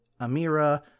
amira